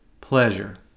pleasure